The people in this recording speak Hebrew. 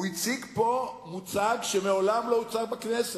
הוא הציג פה מוצג שמעולם לא הוצג בכנסת.